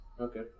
Okay